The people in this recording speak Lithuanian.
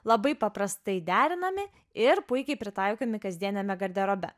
labai paprastai derinami ir puikiai pritaikomi kasdieniame garderobe